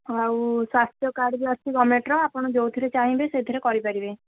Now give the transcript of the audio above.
ଆଉ ସ୍ୱାସ୍ଥ୍ୟ କାର୍ଡ଼ ବି ଆଛି ଗମେଣ୍ଟର ଆପଣ ଯେଉଁଥିରେ ଚାହିଁବେ ସେଇଥିରେ କରିପାରିବେ